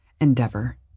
endeavor